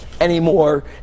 anymore